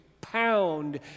pound